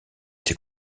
ses